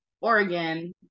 Oregon